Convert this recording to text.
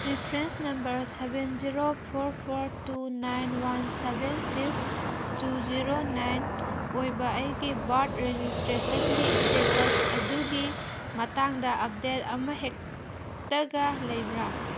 reference number seven zero four four two nine one seven six two zero nine ꯑꯣꯏꯕ ꯑꯩꯒꯤ ꯕꯥꯔꯠ ꯔꯦꯖꯤꯁꯇ꯭ꯔꯦꯁꯟꯒꯤ status ꯑꯗꯨꯒꯤ ꯃꯇꯥꯡꯗ ꯑꯞꯗꯦꯠ ꯑꯃ ꯍꯦꯛꯇꯒ ꯂꯩꯕ꯭ꯔꯥ